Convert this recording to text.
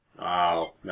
Wow